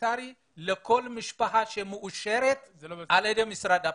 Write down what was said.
הומניטרי לכל משפחה שמאושרת על ידי משרד הפנים.